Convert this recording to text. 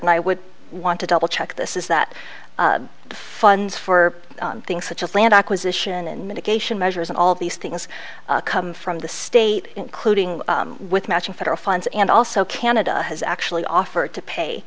and i would want to double check this is that the funds for things such as land acquisition and mitigation measures and all these things come from the state including with matching federal funds and also canada has actually offered to pay